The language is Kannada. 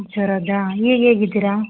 ಜ್ವರದ್ದಾ ಈಗ ಹೇಗೆ ಇದ್ದೀರಾ